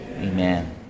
amen